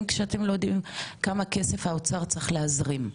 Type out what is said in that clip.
כשאתם לא יודעים כמה כסף האוצר צריך להזרים?